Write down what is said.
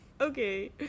okay